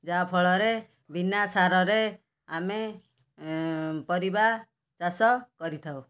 ଯାହାଫଳରେ ବିନା ସାରରେ ଆମେ ପରିବା ଚାଷ କରିଥାଉ